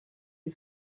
you